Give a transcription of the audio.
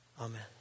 Amen